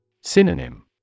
Synonym